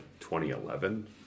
2011